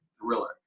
thriller